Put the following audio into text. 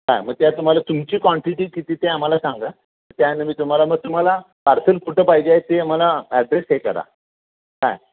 काय मग त्या तुम्हाला तुमची क्वांटिटी किती ते आम्हाला सांगा त्यानं मग तुम्हाला मग तुम्हाला पार्सल कुठं पाहिजे ते आम्हाला ॲड्रेस हे करा काय